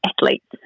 athletes